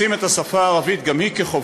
לשים את השפה הערבית גם היא כחובה?